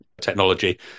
technology